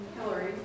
Hillary